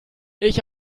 ich